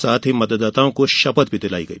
साथ ही मतदाताओं को शपथ दिलाई गई